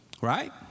Right